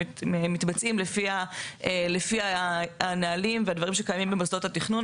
מתבצעים לפי הנהלים והדברים שקיימים במוסדות התכנון,